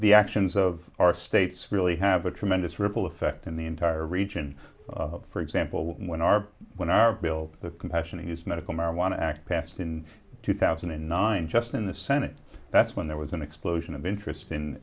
the actions of our states really have a tremendous ripple effect in the entire region for example when our when our bill the compassionate use medical marijuana act passed in two thousand and nine just in the senate that's when there was an explosion of interest in